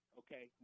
okay